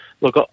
look